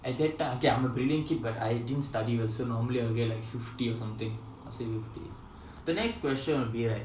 at that time okay I'm a brilliant kid but I didn't study well so normally I will get like fifty or something I'd say fifty the next question will be right